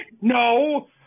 No